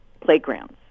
playgrounds